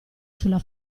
sulla